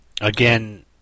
Again